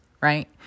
Right